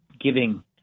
giving